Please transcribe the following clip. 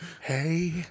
Hey